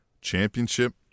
Championship